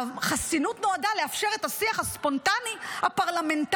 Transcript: החסינות נועדה לאפשר את השיח הספונטני הפרלמנטרי,